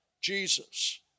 Jesus